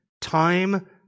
time